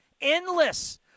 Endless